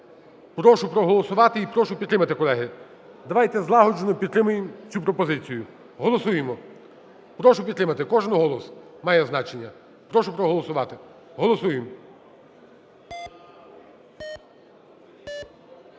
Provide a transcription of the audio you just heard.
Прошу проголосувати і прошу підтримати, колеги. Давайте злагоджено підтримаємо цю пропозицію. Голосуємо. Прошу підтримати. Кожен голос має значення. Прошу проголосувати. Голосуємо.